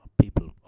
people